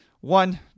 one